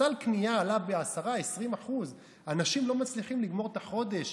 סל הקנייה עלה ב-10% 20%. אנשים לא מצליחים לגמור את החודש.